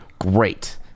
great